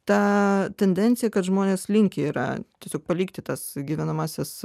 tą tendenciją kad žmonės linkę yra tiesiog palikti tas gyvenamąsias